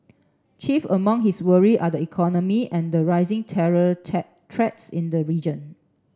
chief among his worry are the economy and the rising terror in the region